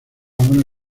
una